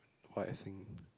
what I think